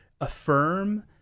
affirm